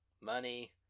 money